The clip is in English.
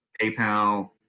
PayPal